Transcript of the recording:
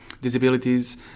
disabilities